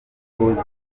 yakomeje